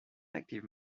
active